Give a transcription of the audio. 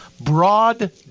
Broad